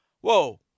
whoa